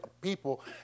people